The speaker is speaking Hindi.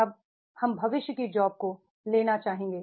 अब हम भविष्य की जॉब्स को लेना चाहेंगे